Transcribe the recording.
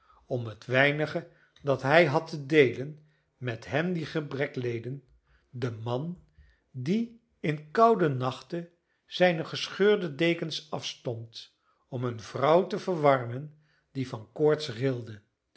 om het weinige dat hij had te deelen met hen die gebrek leden de man die in koude nachten zijne gescheurde dekens afstond om een vrouw te verwarmen die van koorts rilde